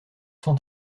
sont